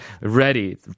ready